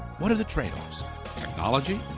what are the trade offs technology,